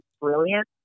brilliant